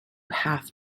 have